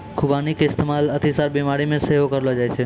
खुबानी के इस्तेमाल अतिसार बिमारी मे सेहो करलो जाय छै